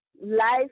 life